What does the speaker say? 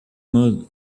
mood